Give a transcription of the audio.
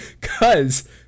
Cause